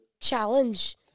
challenge